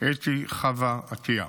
אתי חוה עטייה.